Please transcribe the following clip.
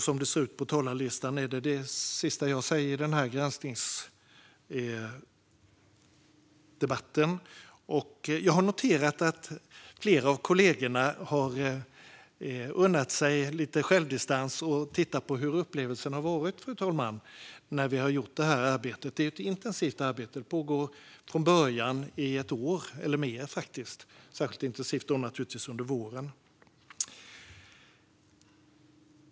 Som det ser ut på talarlistan blir detta mitt sista inlägg i den här granskningsdebatten. Jag har noterat att flera av kollegorna har unnat sig lite självdistans och tittat på hur upplevelsen har varit när vi har gjort det här arbetet. Det är ju ett intensivt arbete som pågår i ett år eller mer, och naturligtvis särskilt intensivt under våren.